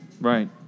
Right